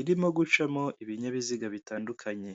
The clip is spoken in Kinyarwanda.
irimo gucamo ibinyabiziga bitandukanye.